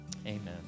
Amen